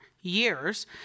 years